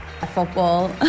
Football